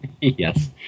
Yes